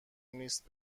نیست